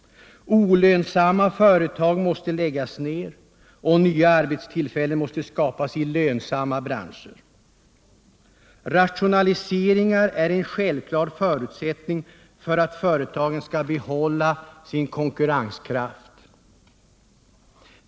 Olönsamma företag måste läggas ned och nya arbetstillfällen måste skapas i lönsamma branscher. Rationaliseringar är en självklar förutsättning för att företagen skall behålla sin konkurrenskraft.